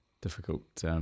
difficult